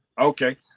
Okay